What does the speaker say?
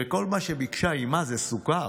וכל מה שביקשה אימה זה סוכר,